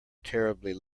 terribly